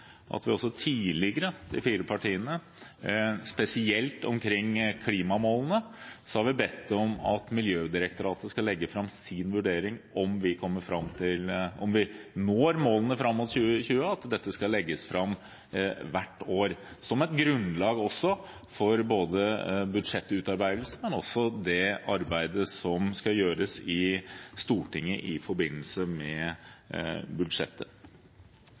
de fire partiene, også tidligere har bedt om at Miljødirektoratet skal legge fram sin vurdering av – spesielt knyttet til klimamålene – om vi når målene for 2020, og at dette skal legges fram hvert år, som et grunnlag for både budsjettutarbeidelsen og det arbeidet som skal gjøres i Stortinget i forbindelse med budsjettet.